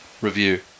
review